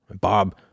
Bob